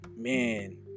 Man